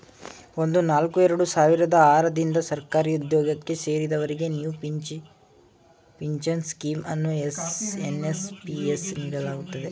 ಒಂದು ನಾಲ್ಕು ಎರಡು ಸಾವಿರದ ಆರ ರಿಂದ ಸರ್ಕಾರಿಉದ್ಯೋಗಕ್ಕೆ ಸೇರಿದವರಿಗೆ ನ್ಯೂ ಪಿಂಚನ್ ಸ್ಕೀಂ ಅನ್ನು ಎನ್.ಪಿ.ಎಸ್ ನೀಡಲಾಗುತ್ತದೆ